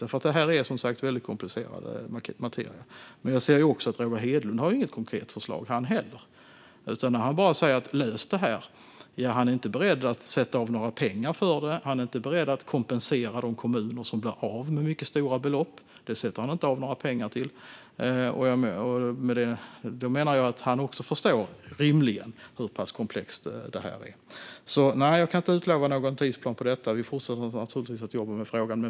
Detta är komplicerad materia, men jag ser också att Roger Hedlund inte heller har något konkret förslag. Han säger att problemet ska lösas, men han är inte beredd att sätta av några pengar eller att kompensera de kommuner som blir av med mycket stora belopp. Han sätter inte av några pengar till detta. Då menar jag att han rimligen förstår hur pass komplext problemet är. Nej, jag kan inte utlova någon tidsplan för detta, men vi fortsätter naturligtvis att jobba med frågan.